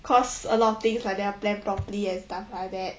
cause a lot of things like never plan properly and stuff I bet